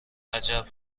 عجب